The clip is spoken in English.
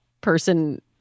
person